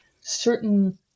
certain